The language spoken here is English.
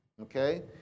Okay